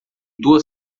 duas